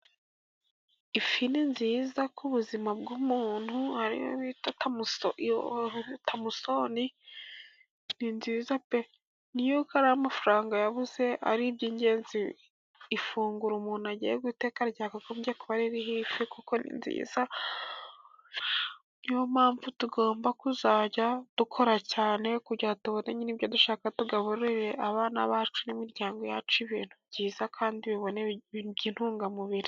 Ifi ni nziza k' ubuzima bw'umuntu. Hariyo bita tomusoni ni nziza pe! N'uko ari amafaranga yabuze, ari iby'ingenzi ifunguro umuntu agiye guteka ryakagombye kuba biriho ifi, kuko ni nziza. Niyo mpamvu tugomba kuzajya dukora cyane, kugira tubone nibyo dushaka tugaburire abana bacu, n'imiryango yacu, ibintu byiza kandi bibone by'intungamubiri.